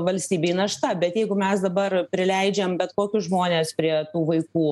valstybei našta bet jeigu mes dabar prileidžiam bet kokius žmones prie tų vaikų